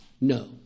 No